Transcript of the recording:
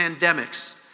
pandemics